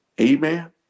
Amen